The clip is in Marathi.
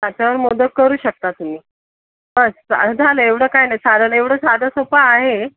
असं मोदक करू शकता तुम्ही बस झालं एवढं काही नाही सारण एवढं साधं सोपं आहे